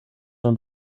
und